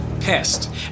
pissed